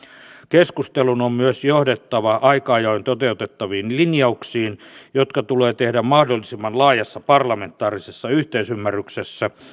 keskustelun on myös johdettava aika ajoin toteutettaviin linjauksiin jotka tulee tehdä mahdollisimman laajassa parlamentaarisessa yhteisymmärryksessä